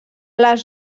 les